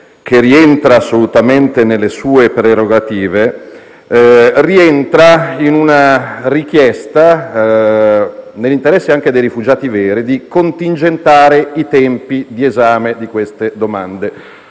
che rientra assolutamente nelle sue prerogative, si inserisce in una richiesta, nell'interesse anche dei rifugiati veri, di contingentare i tempi di esame delle domande.